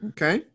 Okay